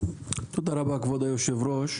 תודה רבה, כבוד היושב ראש.